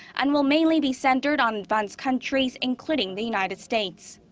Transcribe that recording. and will mainly be centered on advanced countries, including the united states.